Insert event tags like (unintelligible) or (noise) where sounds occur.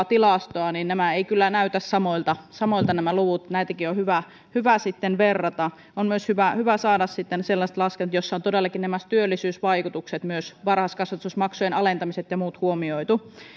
(unintelligible) tilastoa tuloeroista nämä luvut eivät kyllä näytä samoilta samoilta näitäkin on hyvä hyvä verrata on myös hyvä hyvä saada sitten sellaiset laskelmat joissa on todellakin myös nämä työllisyysvaikutukset varhaiskasvatusmaksujen alentamiset ja muut huomioitu